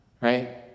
right